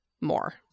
more